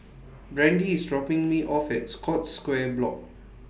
Brandie IS dropping Me off At Scotts Square Block